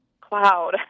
cloud